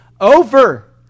over